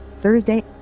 Thursday